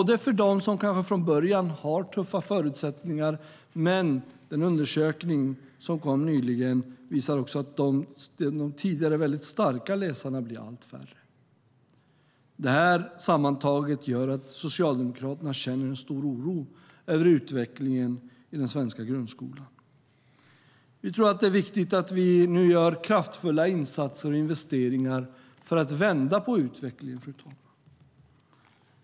Det gäller dem som kanske från början har tuffa förutsättningar, men undersökningen visar att också de tidigare starka läsarna blir allt färre. Detta sammantaget gör att Socialdemokraterna känner en stor oro över utvecklingen i den svenska grundskolan. Vi tror att det är viktigt att vi nu gör kraftfulla insatser och investeringar för att vända på utvecklingen, fru talman.